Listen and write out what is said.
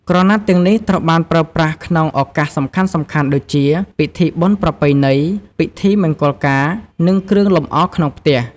ក្រណាត់ទាំងនេះត្រូវបានប្រើប្រាស់ក្នុងឱកាសសំខាន់ៗដូចជា ពិធីបុណ្យប្រពៃណី ពិធីមង្គលការ និងគ្រឿងលម្អក្នុងផ្ទះ។